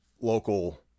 local